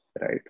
right